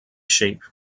sheep